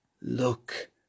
Look